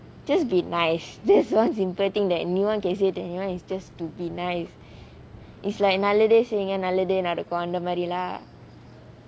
just be nice this one simple thing that anyone can say to anyone is just to be nice நல்லதே செய்ங்க நல்லதே நடக்கும் அந்த மாறி லாம்:nallathae seinga nallathae nadakum antha maari laam